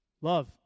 Love